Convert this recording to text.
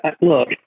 look